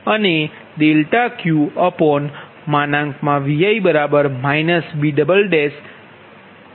અને ∆QVi B∆V આ સમીકરણ 74 છે